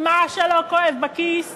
מה שלא כואב בכיס,